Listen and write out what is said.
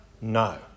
No